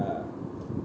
uh